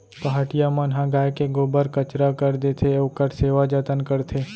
पहाटिया मन ह गाय के गोबर कचरा कर देथे, ओखर सेवा जतन करथे